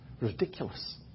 Ridiculous